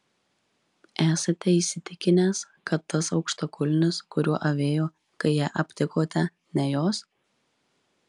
esate įsitikinęs kad tas aukštakulnis kuriuo avėjo kai ją aptikote ne jos